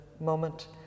moment